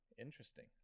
interesting